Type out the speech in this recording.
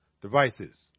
devices